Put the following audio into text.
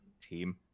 team